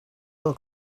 will